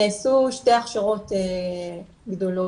נעשו שתי הכשרות גדולות,